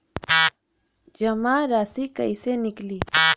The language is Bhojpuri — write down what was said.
जमा राशि कइसे निकली?